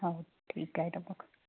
हो ठीक आहे न मग